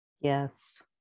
Yes